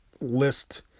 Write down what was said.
list